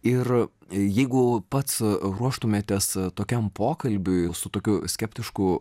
ir jeigu pats ruoštumėtės tokiam pokalbiui su tokiu skeptišku